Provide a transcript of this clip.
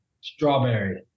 Strawberry